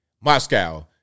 Moscow